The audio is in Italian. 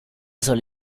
solo